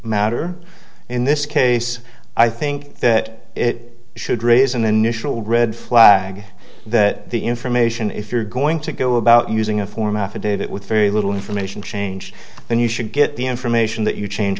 matter in this case i think that it should raise an initial red flag that the information if you're going to go about using a form affidavit with very little information change then you should get the information that you change